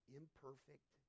imperfect